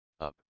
up